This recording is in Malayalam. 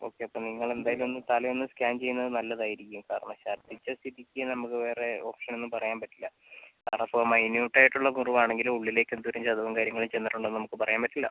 ഓക്കേ അപ്പം നിങ്ങൾ എന്തായാലും ഒന്ന് തല ഒന്നു സ്കാൻ ചെയ്യുന്നത് നല്ലതാരിയിക്കും കാരണം ഛർദ്ദിച്ച സ്ഥിതിക്ക് നമുക്ക് വേറെ ഓപ്ഷൻ ഒന്നും പറയാൻ പറ്റില്ല കാരണം ഇപ്പോൾ മൈന്യൂട്ട് ആയിട്ടുള്ള മുറിവാണെങ്കിലും ഉള്ളിലേക്ക് എന്തോരം ചതവും കാര്യങ്ങളും ചെന്നിട്ടുണ്ടെന്ന് നമുക്ക് പറയാൻ പറ്റില്ല